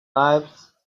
lives